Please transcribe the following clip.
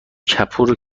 کپور